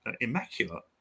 Immaculate